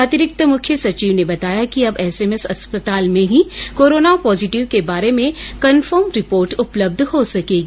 अतिरिक्त मुख्य सचिव ने बताया कि अब एसएमएस अस्पताल में ही कोरोना पॉजिटिव के बारे में कनफर्म रिपोर्ट उपलब्ध हो सकेगी